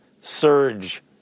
surge